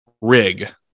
rig